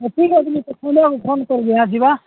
ହଉ ଠିକ୍ ଅଛି ମୁଁ ତୋତେ ସନ୍ଧ୍ୟାବେଳକୁ ଫୋନ୍ କରିବି ଆଉ ଯିବା